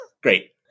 Great